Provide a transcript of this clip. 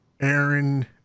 Aaron